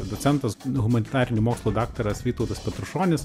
docentas humanitarinių mokslų daktaras vytautas petrušonis